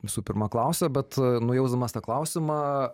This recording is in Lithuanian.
visų pirma klausia bet nujausdamas tą klausimą